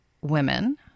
women